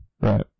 Right